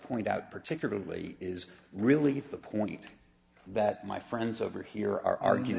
point out particularly is really the point that my friends over here are arguing